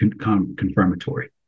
confirmatory